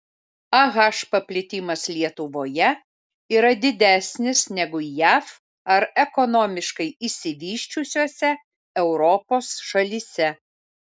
ah paplitimas lietuvoje yra didesnis negu jav ar ekonomiškai išsivysčiusiose europos šalyse